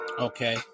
Okay